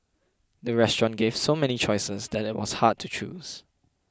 the restaurant gave so many choices that it was hard to choose